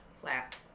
Flat